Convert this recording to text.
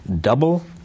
double